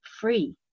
free